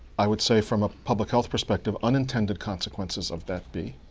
i would say, from a public health perspective, unintended consequences of that be